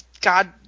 God